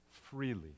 freely